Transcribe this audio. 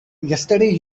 yesterday